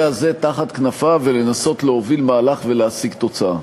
הזה תחת כנפיו ולנסות להוביל מהלך ולהשיג תוצאה,